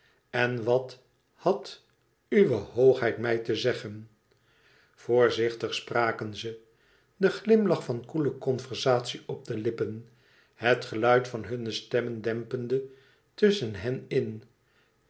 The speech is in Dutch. en wat had uwe hoogheid mij te zeggen voorzichtig spraken ze den glimlach van koele conversatie op de lippen het geluid van hunne stemmen dempende tusschen hen in